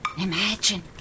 Imagine